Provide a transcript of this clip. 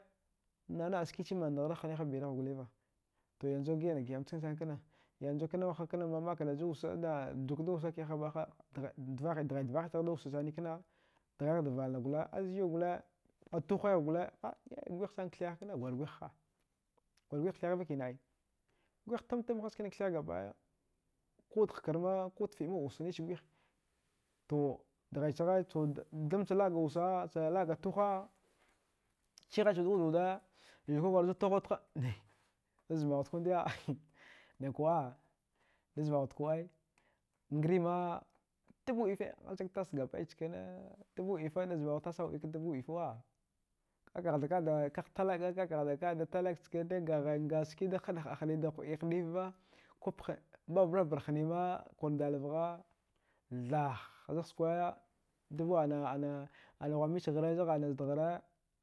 Nana ske mada hari hina brava, to yanxu nja gida na wude nckema, yanzu kana ma'a ka wasa juka wasa keha? We gha dghe digha dhafici da wusa sana kana, dighe da vlana, ize yuwe gwal a tughe, twihi na kthuha gwre twiha a hul ka thidiyava kena, gwihi tam tam kthaha gaba daya ku hakar ku tdi wussani ci gwihi. To dighe ci kha dile ci laba ga wussa cilaba tugha ciha wude wude yuwe ju tuha zo wude kena, da zamaha wude kube, naya kube da zamaha wude a kube gra ma tka dwite ista ka tassa gaba daya nacine, dubu dwife sata ka tassa, da zamahaha dubu dwife ana tassa. Ka kaha ci ga talaka, a ske da had-hadava kup babar hine ma thavagha, gwal ndalava tha ze skwaya dabu hwanga mbici hari ze zdaya